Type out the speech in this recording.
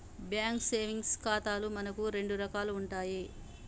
bank savings ఖాతాలు మనకు రెండు రకాలు ఉంటాయి